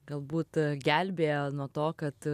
galbūt gelbėja nuo to kad